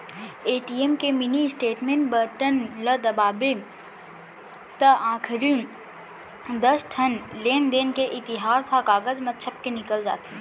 ATM के mini statement button ल दबावें त आखरी दस ठन लेनदेन के इतिहास ह कागज म छपके निकल जाथे